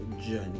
journey